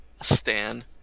stan